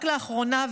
רק לאחרונה,